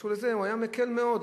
היא מאוד מאוד לא טובה,